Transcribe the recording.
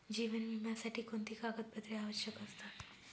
जीवन विम्यासाठी कोणती कागदपत्रे आवश्यक असतात?